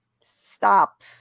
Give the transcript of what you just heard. Stop